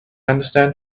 understand